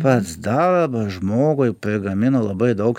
pats darbas žmogui prigamina labai daug